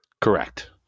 Correct